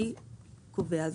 אני קובע.